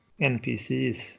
NPCs